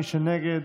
מי שנגד,